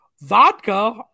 vodka